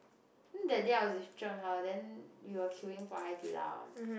then that day I was with Zhen-Hao we were queuing for Hao-Di-Lao